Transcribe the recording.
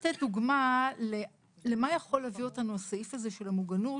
דוגמה למה יכול להביא אותנו הסעיף הזה של המוגנות,